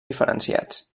diferenciats